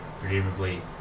presumably